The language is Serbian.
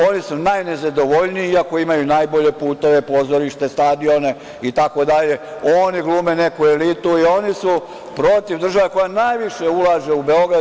Oni su najnezadovoljniji, iako imaju najbolje puteve, pozorišta, stadione itd, oni glume neku elitu, jer oni su protiv države, koja najviše ulaže u Beograd.